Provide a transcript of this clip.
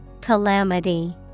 Calamity